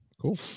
cool